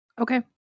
Okay